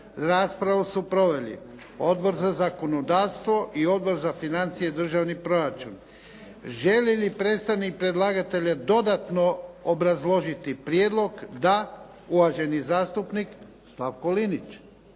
Raspravu su proveli Odbor za zakonodavstvo i Odbor za financije i državni proračun. Želi li predstavnik predlagatelja dodatno obrazložiti prijedlog? Da. Uvaženi zastupnik Slavko Linić.